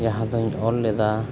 ᱡᱟᱦᱟᱸ ᱫᱚᱧ ᱚᱞ ᱞᱮᱫᱟ